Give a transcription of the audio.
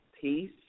peace